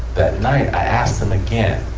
that night, i asked him again,